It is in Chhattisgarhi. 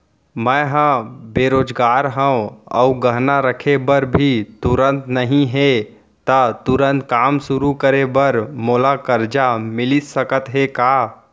मैं ह बेरोजगार हव अऊ गहना रखे बर भी तुरंत नई हे ता तुरंत काम शुरू करे बर मोला करजा मिलिस सकत हे का?